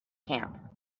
camp